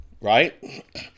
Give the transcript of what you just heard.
right